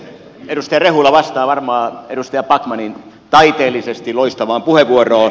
edustaja rehula vastaa varmaan edustaja backmanin taiteellisesti loistavaan puheenvuoroon